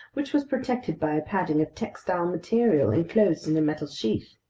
which was protected by a padding of textile material enclosed in a metal sheath.